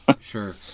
sure